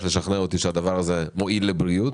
לשכנע אותי שהדבר הזה מועיל לבריאות.